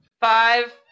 Five